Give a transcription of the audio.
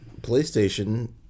Playstation